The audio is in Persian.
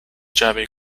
جعبه